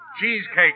Cheesecake